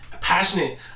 passionate